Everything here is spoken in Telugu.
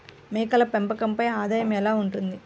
మేకల పెంపకంపై ఆదాయం ఎలా ఉంటుంది?